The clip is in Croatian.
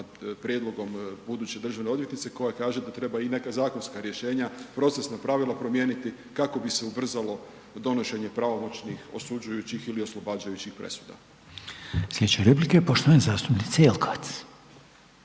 prijedlogom buduće državne odvjetnice koja kaže da treba i neka zakonska rješenja, procesna pravila promijeniti kako bi se ubrzalo donošenje pravomoćnih, osuđujućih ili oslobađajućih presuda. **Reiner, Željko (HDZ)** Sljedeća replika je poštovane zastupnice Jelkovac.